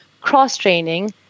cross-training